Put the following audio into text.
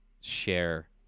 share